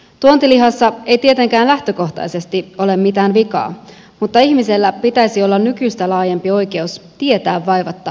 tuontilihassa ei tietenkään lähtökohtaisesti ole mitään vikaa mutta ihmisellä pitäisi olla nykyistä laajempi oikeus tietää vaivatta ruuan alkuperä